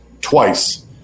twice